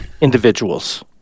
individuals